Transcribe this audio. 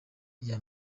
iya